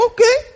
Okay